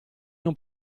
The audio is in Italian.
non